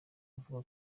avuga